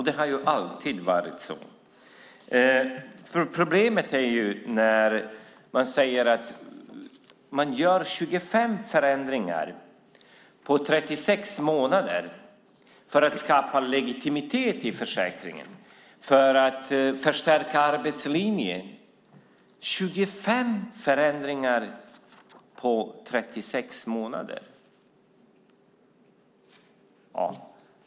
Det har alltid varit så. Problemet är när man säger att man gör 25 förändringar på 36 månader för att skapa legitimitet i försäkringen och för att förstärka arbetslinjen - 25 förändringar på 36 månader!